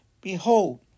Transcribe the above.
behold